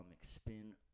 spin